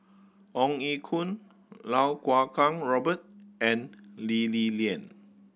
Ong Ye Kung Iau Kuo Kwong Robert and Lee Li Lian